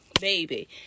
baby